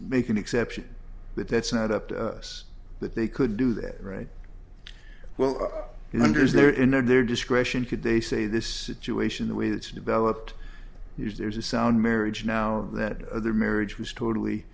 make an exception but that's not up to us that they could do that right well he wonders there in their discretion could they say this situation the way that's developed use there's a sound marriage now that their marriage was totally